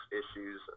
issues